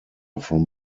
from